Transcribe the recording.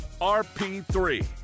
RP3